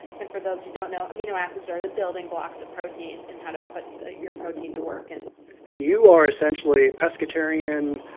and for those who don't know, amino acids are the building blocks of protein and how to put your protein to work. and then you are essentially pescatarian,